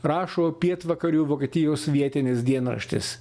rašo pietvakarių vokietijos vietinis dienraštis